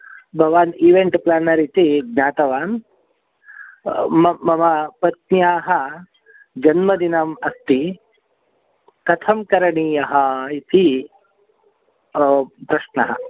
भवान् event planner इति ज्ञातवान् मम पत्न्याः जन्मदिनम् अस्ति कथं करणीयम् इति प्रश्नः